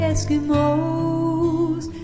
Eskimos